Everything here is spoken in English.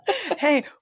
Hey